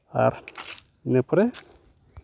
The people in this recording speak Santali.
ᱟᱨ ᱱᱤᱭᱟᱹ ᱯᱚᱨᱮ